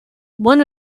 one